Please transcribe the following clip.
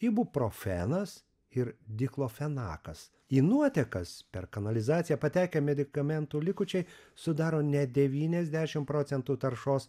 ibuprofenas ir diklofenakas į nuotekas per kanalizaciją patekę medikamentų likučiai sudaro net devyniasdešim procentų taršos